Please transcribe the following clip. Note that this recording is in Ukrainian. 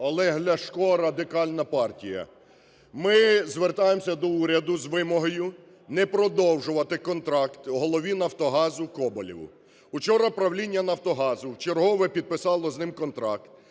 Олег Ляшко, Радикальна партія. Ми звертаємося до уряду з вимогою не продовжувати контракт голові "Нафтогазу" Коболєву. Учора правління "Нафтогазу" вчергове підписало з ним контракт